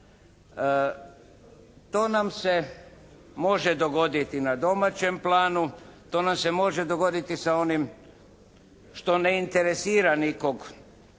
To nam se može dogoditi na domaćem planu. To nam se može dogoditi sa onim što ne interesira nikog,